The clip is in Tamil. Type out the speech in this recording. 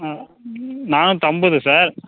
நானூற்றைம்பது சார்